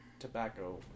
Tobacco